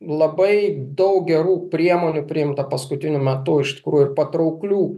labai daug gerų priemonių priimta paskutiniu metu iš tikrųjų ir patrauklių